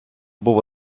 був